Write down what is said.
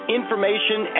information